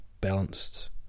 balanced